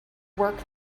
work